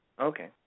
Okay